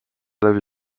läbi